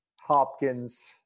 Hopkins